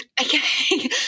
Okay